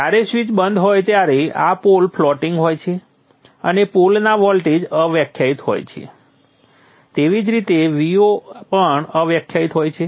જ્યારે સ્વીચ બંધ હોય ત્યારે પોલ ફ્લોટિંગ હોય છે અને પોલના વોલ્ટેજ અવ્યાખ્યાયિત હોય છે તેવી જ રીતે Vo પણ અવ્યાખ્યાયિત હોય છે